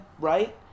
right